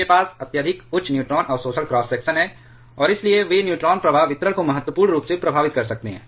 उनके पास अत्यधिक उच्च न्यूट्रॉन अवशोषण क्रॉस सेक्शन है और इसलिए वे न्यूट्रॉन प्रवाह वितरण को महत्वपूर्ण रूप से प्रभावित कर सकते हैं